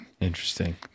Interesting